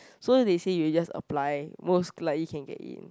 so they say if you just apply most likely can get in